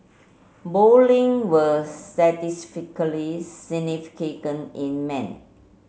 both link were statistically in men